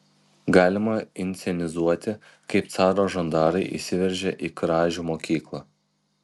galima inscenizuoti kaip caro žandarai įsiveržia į kražių mokyklą